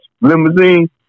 limousine